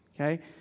Okay